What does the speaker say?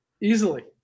easily